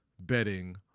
betting